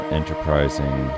enterprising